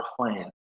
plan